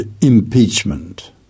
impeachment